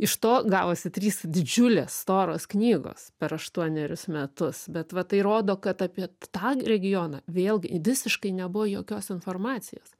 iš to gavosi trys didžiulės storos knygos per aštuonerius metus bet va tai rodo kad apie tą regioną vėlgi visiškai nebuvo jokios informacijos